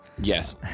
Yes